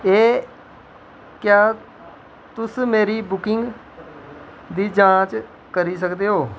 एह् क्या तुस मेरी बुकिंग दी जांच करी सकदे ओ